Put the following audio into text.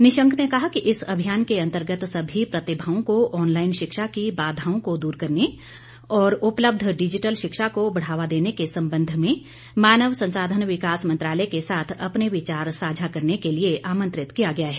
निशंक ने कहा कि इस अभियान के अंतर्गत सभी प्रतिभाओं को ऑनलाइन शिक्षा की बाधाओं को दूर करने और उपलब्ध डिजिटल शिक्षा को बढ़ावा देने के संबंध में मानव संसाधन विकास मंत्रालय के साथ अपने विचार साझा करने के लिए आमंत्रित किया गया है